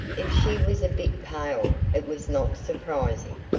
if she was a bit pale, it was not surprising.